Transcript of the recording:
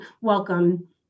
welcome